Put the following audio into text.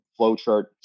flowchart